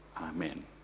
Amen